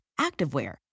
activewear